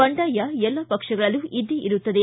ಬಂಡಾಯ ಎಲ್ಲ ಪಕ್ಷಗಳಲ್ಲೂ ಇದ್ದೇ ಇರುತ್ತದೆ